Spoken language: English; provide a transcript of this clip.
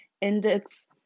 index